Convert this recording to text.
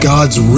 God's